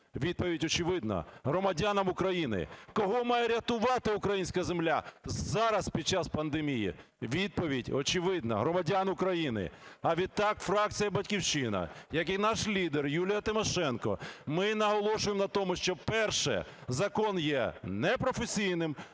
Відповідь очевидна: громадянам України. Кого має рятувати українська земля зараз, під час пандемії? Відповідь очевидна: громадян України. А відтак фракція "Батьківщина", як і наш лідер Юлія Тимошенко, ми наголошуємо на тому, що, перше – закон є непрофесійним,